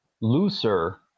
looser